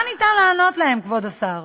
מה ניתן לענות להם, כבוד השר?